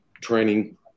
training